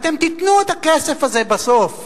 אתם תיתנו את הכסף הזה בסוף.